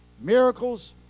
miracles